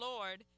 Lord